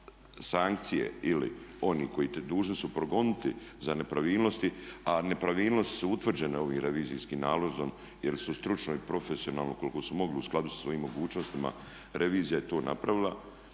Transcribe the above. sankcije ili oni koji dužni su progoniti za nepravilnosti, a nepravilnosti su utvrđene ovim revizijskim nalazom jer su stručno i profesionalno koliko su mogli u skladu sa svojim mogućnostima revizija je to napravila,